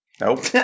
Nope